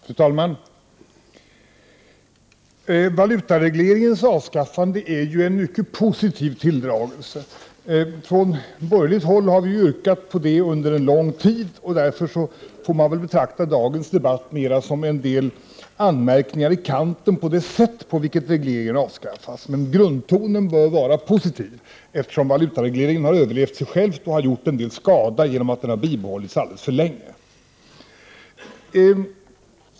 Fru talman! Valutaregleringens avskaffande är en mycket positiv tilldragelse. Från borgerligt håll har vi yrkat på detta under en lång tid. Man får därför betrakta dagens debatt mera som en del anmärkningar i kanten på det sätt på vilket regleringen avskaffas. Grundtonen bör dock vara positiv, eftersom valutaregleringen har överlevt sig själv och gjort en del skada genom att den har bibehållits alldeles för länge.